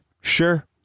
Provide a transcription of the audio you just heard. sure